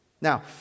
Now